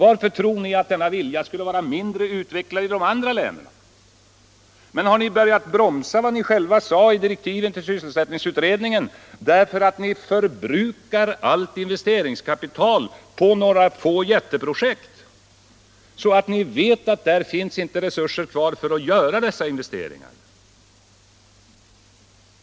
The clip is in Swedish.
Varför tror ni att denna vilja skulle vara mindre utvecklad i de andra länen? Har ni börjat bromsa vad ni själva sade i direktiven till sysselsättningsutredningen, därför att ni förbrukar allt investeringskapital på några få jätteprojekt och det inte finns resurser kvar att göra några andra investeringar?